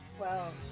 Wow